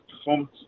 performance